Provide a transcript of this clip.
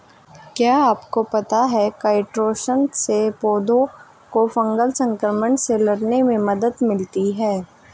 क्या आपको पता है काइटोसन से पौधों को फंगल संक्रमण से लड़ने में मदद मिलती है?